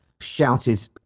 shouted